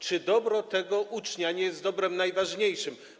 Czy dobro ucznia nie jest dobrem najważniejszym?